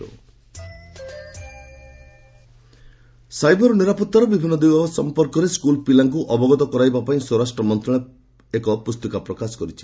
home ministry cyber cyber ନିରାପତ୍ତାର ବିଭିନ୍ନ ଦିଗ ସଂପର୍କରେ ସ୍କୁଲ୍ ପିଲାମାନଙ୍କୁ ଅବଗତ କରାଇବା ପାଇଁ ସ୍ୱରାଷ୍ଟ୍ର ମନ୍ତ୍ରଣାଳୟ ଏକ ପୁସ୍ତିକା ପ୍ରକାଶ କରିଛି